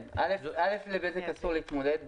א', לבזק אסור להתמודד.